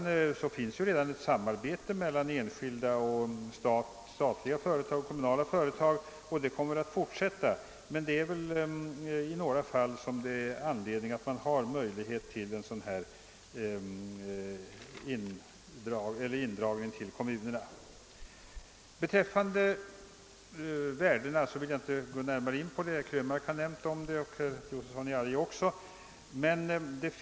Det finns redan samarbete mellan enskilda, statliga och kommunala företag och det kommer väl att fortsätta. Men i några fall torde det vara motiverat att det ges möjlighet till en sådan här indragning till kommunerna. Värdena skall jag inte gå närmare in på; både herr Krönmark och herr Josefson i Arrie har berört dem.